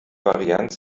varianz